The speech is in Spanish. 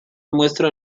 muestra